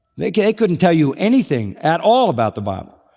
they couldn't tell you anything at all about the bible.